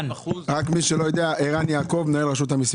רק מי שלא יודע ערן יעקב, מנהל רשות המסים.